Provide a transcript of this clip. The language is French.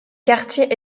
quartier